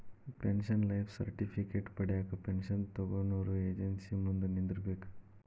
pension life certificate ಪಡ್ಯಾಕ pension ತೊಗೊನೊರ agency ಮುಂದ ನಿಂದ್ರಬೇಕ್